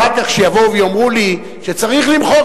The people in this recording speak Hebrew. אחר כך כשיבואו ויאמרו לי שצריך למחוק